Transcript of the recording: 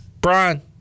Brian